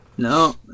No